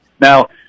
Now